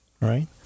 right